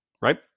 right